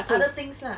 okay